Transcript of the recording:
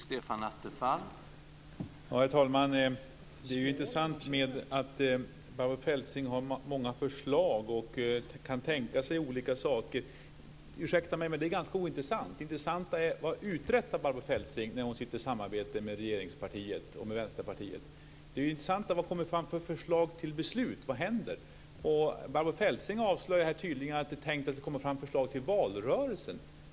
Herr talman! Ursäkta mig, men det är ganska ointressant att Barbro Feltzing har många förslag och kan tänka sig olika saker. Det intressanta är: Vad uträttar Barbro Feltzing när hon sitter i samarbete med regeringspartiet och med Vänsterpartiet? Det intressanta är vilka förslag till beslut som kommer fram och vad som händer. Barbro Feltzing avslöjar här att det tydligen ska komma fram förslag till valrörelsen.